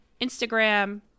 Instagram